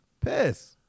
Piss